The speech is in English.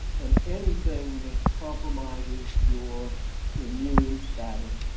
and anything that compromises your immune status,